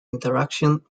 interaction